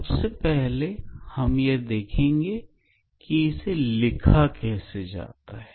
सबसे पहले हम यह देखेंगे कि इसे लिखा कैसे जाता है